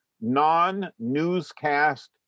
non-newscast